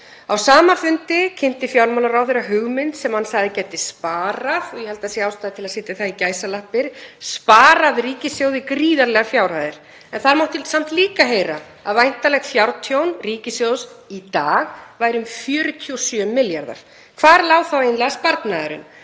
Á sama fundi kynnti fjármálaráðherra hugmynd sem hann sagði geta sparað, og ég held að það sé ástæða til að setja það í gæsalappir, „sparað“, ríkissjóði gríðarlegar fjárhæðir en þar mátti samt líka að heyra að væntanlegt fjártjón ríkissjóðs í dag væri um 47 milljarðar. Hvar lá þá eiginlega sparnaðurinn?